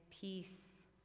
peace